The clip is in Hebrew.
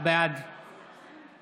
בעד